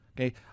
okay